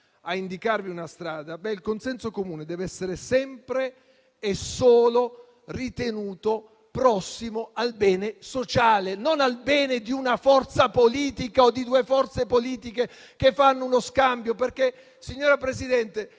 comune. Tale consenso deve essere sempre e solo ritenuto prossimo al bene sociale, non al bene di una forza politica o di due forze politiche che fanno uno scambio. Signora Presidente,